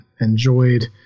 enjoyed